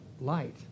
light